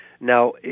Now